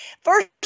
First